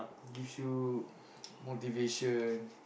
gives you motivation